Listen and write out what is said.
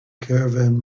caravan